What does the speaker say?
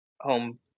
home